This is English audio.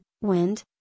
wind